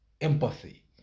empathy